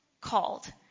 called